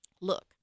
Look